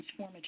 transformative